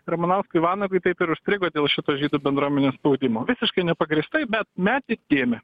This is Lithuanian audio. ramanauskui vanagui taip ir užstrigo dėl šito žydų bendruomenės spaudimo visiškai nepagrįstai bet metė dėmę